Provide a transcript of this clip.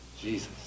Jesus